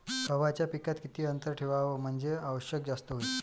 गव्हाच्या पिकात किती अंतर ठेवाव म्हनजे आवक जास्त होईन?